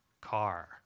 car